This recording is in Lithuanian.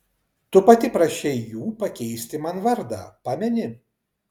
tu pati prašei jų pakeisti man vardą pameni